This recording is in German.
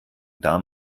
darm